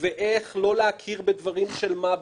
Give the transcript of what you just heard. ואיך לא להכיר בדברים של מה בכך,